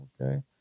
okay